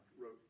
wrote